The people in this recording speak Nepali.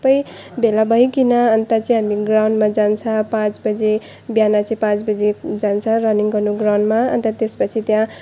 भेला भइकन अन्त चाहिँ हामी ग्राउन्डमा जान्छ पाँच बजे बिहान चाहिँ पाँच बजे जान्छ रनिङ गर्न ग्राउन्डमा अन्त त्यसपछि त्यहाँ ऊ यो